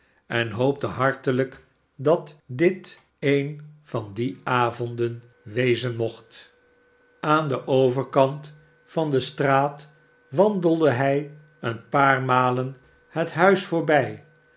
en hoopte hartelijk joe neemt afscheid van dolly dat dit een van die avonden wezen mocht aan den overkant van de straat wandelde hij een paar malen het huis voorbij